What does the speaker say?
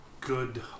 good